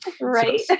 Right